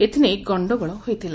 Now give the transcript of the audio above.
ଏଥିନେଇ ଗଣ୍ଡଗୋଳ ହୋଇଥିଲା